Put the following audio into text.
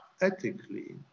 ethically